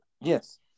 yes